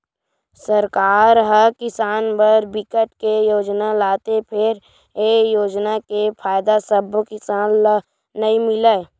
सरकार ह किसान बर बिकट के योजना लाथे फेर ए योजना के फायदा सब्बो किसान ल नइ मिलय